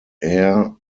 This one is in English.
heir